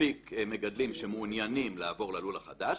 מספיק מגדלים שמעוניינים לעבור ללול החדש,